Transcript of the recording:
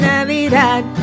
Navidad